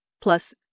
plus